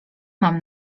mam